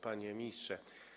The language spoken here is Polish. Panie Ministrze!